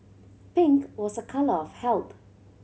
pink was a colour of health